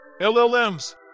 LLMs